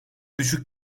düşük